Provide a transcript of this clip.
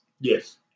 Yes